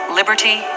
liberty